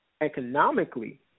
economically